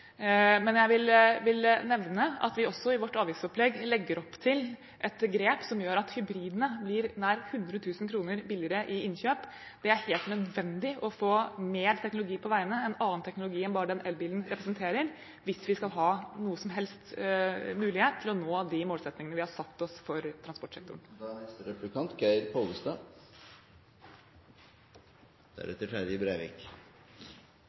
Jeg vil nevne at vi i vårt avgiftsopplegg også legger opp til et grep som gjør at hybridene blir nær 100 000 kr billigere i innkjøp. Det er helt nødvendig å få mer teknologi på veiene, og en annen teknologi enn bare den elbilen representerer, hvis vi skal ha noen som helst mulighet til å nå de målsettingene vi har satt oss for transportsektoren.